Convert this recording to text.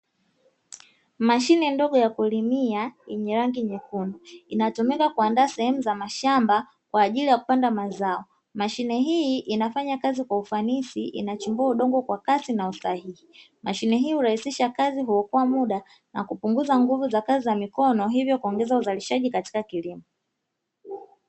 Mashine ndogo ya kulimia yenye rangi nyekundu inatumika kuandaa sehemu za mashamba kwa ajili ya kupanda mazao. Mashine hii inafanya kazi kwa ufanisi inachimbua udongo kwa kasi na usahihi, mashine hii hurahisisha kazi na huokoa muda na kupunguza nguvu za kazi za mikono hivyo kuongeza uzalishaji katika kilimo.